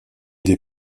des